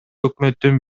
өкмөттүн